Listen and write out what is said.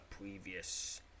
previous